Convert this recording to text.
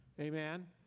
amen